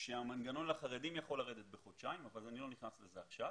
שהמנגנון לחרדים יכול לרדת בחודשיים אבל אני לא נכנס לזה עכשיו.